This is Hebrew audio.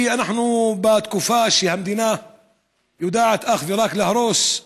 אנחנו בתקופה שהמדינה יודעת אך ורק להרוס.